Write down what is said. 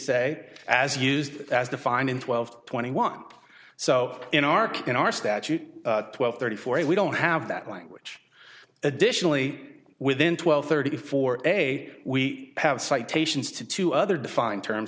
say as used as defined in twelve twenty one so in our can our statute twelve thirty four a we don't have that language additionally within twelve thirty four day we have citations to two other defined terms